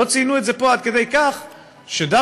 לא ציינו את זה פה עד כדי כך שכשהגיע